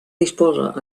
disposa